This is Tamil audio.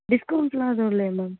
டிஸ்கவுண்ட்ஸ் எல்லாம் எதுவும் இல்லைல